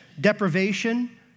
deprivation